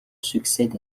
succède